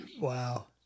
wow